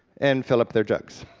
and fill up their jugs.